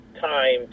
time